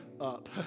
up